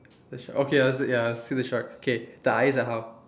the sh~ okay ya I see the shark K the eyes are how